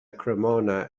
cremona